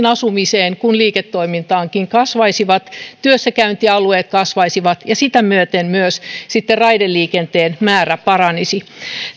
asumiseen kuin liiketoimintaankin kasvaisivat työssäkäyntialueet kasvaisivat ja sitä myöten myös sitten raideliikenteen määrä paranisi